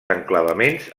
enclavaments